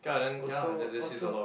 also also